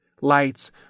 lights